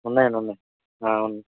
ఉన్నాయండి ఉన్నాయి ఉన్నాయి